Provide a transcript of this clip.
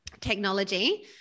technology